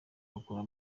bakora